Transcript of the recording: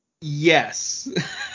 Yes